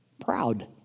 Proud